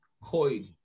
coin